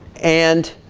and